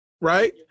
right